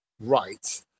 right